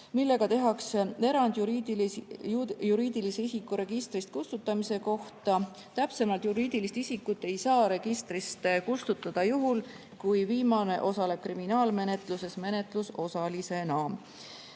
millega tehakse erand juriidilise isiku registrist kustutamise kohta. Täpsemalt, juriidilist isikut ei saa registrist kustutada juhul, kui viimane osaleb kriminaalmenetluses menetlusosalisena.